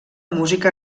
música